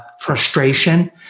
frustration